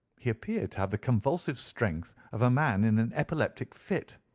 he appeared to have the convulsive strength of a man in an epileptic fit.